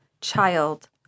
child